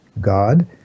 God